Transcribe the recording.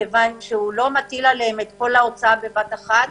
מכיוון שהוא לא מטיל עליהם את כל ההוצאה בבת אחת,